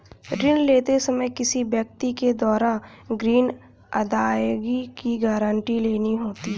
ऋण लेते समय किसी व्यक्ति के द्वारा ग्रीन अदायगी की गारंटी लेनी होती है